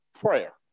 prayer